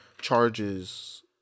charges